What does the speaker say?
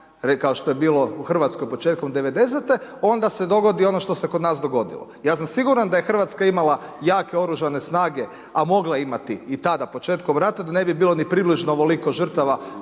kao što je bilo u Hrvatskoj početkom '90. onda se dogodi ono što se kod nas dogodilo. Ja sam siguran da je Hrvatska imala jake oružane snage, a mogla je imati i tada početkom rata da ne bi bilo približno ovoliko žrtava